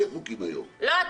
חוקים היום ועל חוק אחד --- לא,